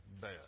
bad